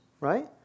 right